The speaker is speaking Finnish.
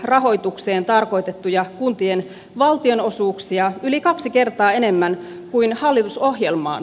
rahoitukseen tarkoitettuja kuntien valtionosuuksia yli kaksi kertaa enemmän kuin hallitusohjelmaan